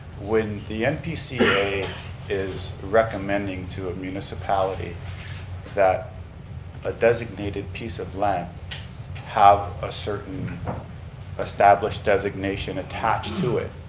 when the npca is recommending to a municipality that a designated piece of land have a certain established designation attached to it,